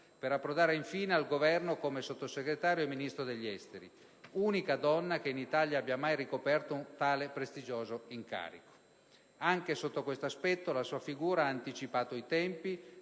per approdare infine al Governo come Sottosegretario e Ministro degli affari esteri, unica donna che in Italia abbia mai ricoperto tale prestigioso incarico. Anche sotto questo aspetto, la sua figura ha anticipato i tempi,